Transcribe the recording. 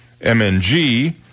MNG